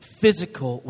physical